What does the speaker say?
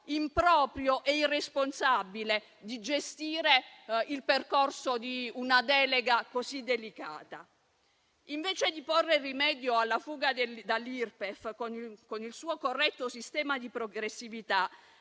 improprio e irresponsabile di gestire una delega così delicata. Anziché porre rimedio alla fuga dall'Irpef con il suo corretto sistema di progressività,